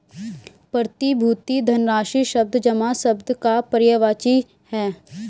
प्रतिभूति धनराशि शब्द जमा शब्द का पर्यायवाची है